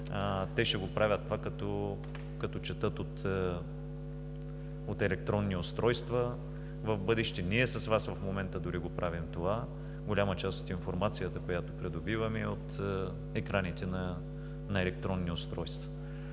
те ще го правят това, като четат от електронни устройства в бъдеще, ние с Вас в момента дори го правим това. Голяма част от информацията, която придобиваме, е от екраните на електронни устройства.